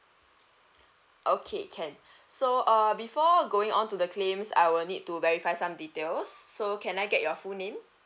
okay can so err before going on to the claims I will need to verify some details so can I get your full name